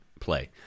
play